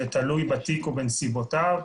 זה תלוי בתיק ובנסיבותיו.